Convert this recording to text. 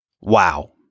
Wow